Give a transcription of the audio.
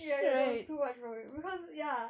ya ya that was too much for me cause ya